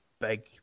big